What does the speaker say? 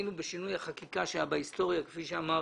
ראינו בשינוי החקיקה שהיה בהיסטוריה כפי שאמר